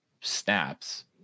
snaps